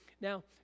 now